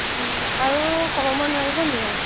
আৰু কমাব নোৱাৰিব নেকি বাৰু